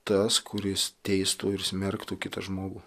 tas kuris teistų ir smerktų kitą žmogų